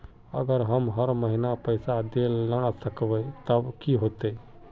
अगर हम हर महीना पैसा देल ला न सकवे तब की होते?